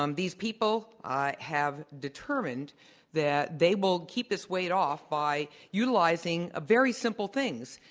um these people have determined that they will keep this weight off by utilizing ah very simple things.